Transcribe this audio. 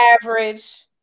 Average